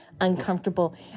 uncomfortable